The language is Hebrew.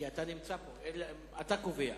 כי אתה נמצא פה, אתה קובע.